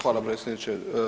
Hvala predsjedniče.